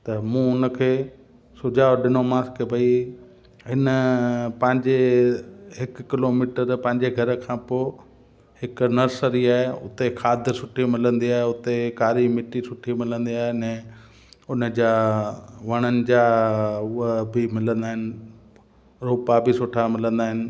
त मूं हुन खे सुझाव ॾिनोमांसि की भई हिन पंहिंजे हिकु किलोमीटर पंहिंजे घर खां पोइ हिकु नर्सरी आहे उते खाद सुठी मिलंदी आहे उते कारी मिटी सुठी मिलंदी आहे अने उन जा वणनि जा उहा बि मिलंदा आहिनि रोपा बि सुठा मिलंदा आहिनि